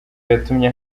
yatumye